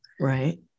Right